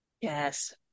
Yes